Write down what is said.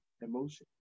emotion